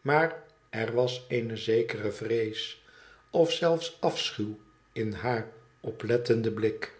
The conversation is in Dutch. maar er was eene zekere vrees of zelfs afschuw in haar oplettenden blik